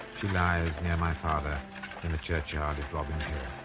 she lies near my father in a churchyard at robin hill.